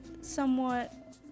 somewhat